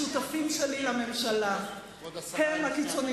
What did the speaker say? השותפים שלי לממשלה, הם הקיצונים.